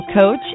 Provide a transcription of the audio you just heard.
coach